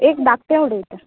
एक धाकटे उडयता